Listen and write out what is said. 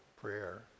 prayer